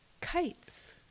Kites